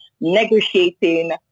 negotiating